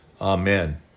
Amen